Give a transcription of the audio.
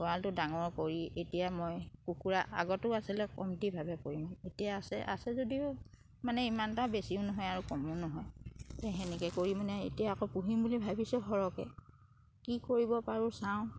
গঁৰালটো ডাঙৰ কৰি এতিয়া মই কুকুৰা আগতো আছিলে কমটিভাৱে কৰিম এতিয়া আছে আছে যদিও মানে ইমান এটা বেছিও নহয় আৰু কমো নহয় এতিয়া সেনেকে কৰি মানে এতিয়া আকৌ পুহিম বুলি ভাবিছোঁ সৰহকে কি কৰিব পাৰোঁ চাওঁ